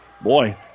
boy